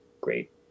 great